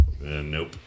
Nope